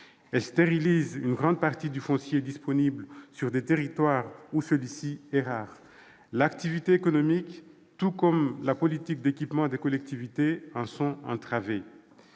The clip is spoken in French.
Elles stérilisent une grande partie du foncier disponible sur des territoires où celui-ci est rare. L'activité économique, tout comme la politique d'équipement des collectivités en sont entravées.